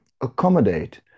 accommodate